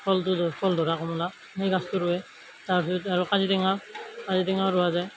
ফলটো ফল ধৰা কমলা সেই গাছটো ৰোৱে তাৰপিছত আৰু কাজি টেঙা কাজি টেঙাও ৰোৱা যায়